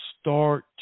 start